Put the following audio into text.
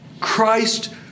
Christ